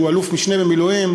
שהוא אלוף-משנה במילואים,